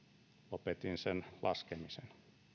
sen laskemisen